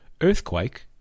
earthquake